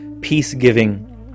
peace-giving